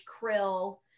krill